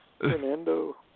Fernando